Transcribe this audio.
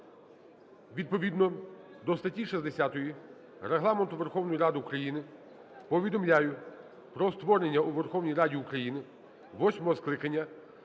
Відповідно до статті 60 Регламенту Верховної Ради України повідомляю про створення у Верховній Раді України восьмого скликання